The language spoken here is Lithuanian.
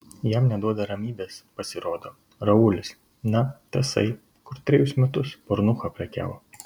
jam neduoda ramybės pasirodo raulis na tasai kur trejus metus pornucha prekiavo